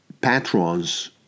patrons